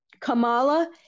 Kamala